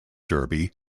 derby